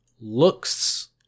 looks